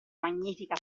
magnifica